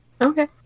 Okay